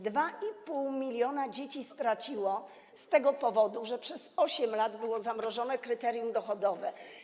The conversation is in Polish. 2,5 mln dzieci straciło je z tego powodu, że przez 8 lat było zamrożone kryterium dochodowe.